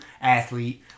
athlete